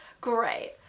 Great